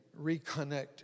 reconnect